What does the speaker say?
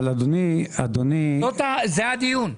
זה הדיון.